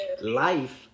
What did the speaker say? life